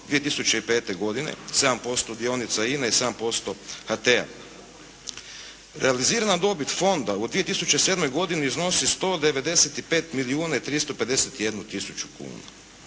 2005. godine, 7% dionica INE i 7% HT-a. Realizirana dobit Fonda u 2007. godini iznosi 195 milijuna